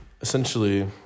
essentially